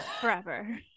forever